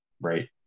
Right